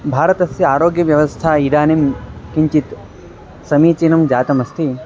भारतस्य आरोग्यव्यवस्था इदानीं किञ्चित् समीचीना जाता अस्ति